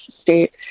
state